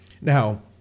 Now